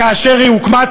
כאשר היא הוקמה.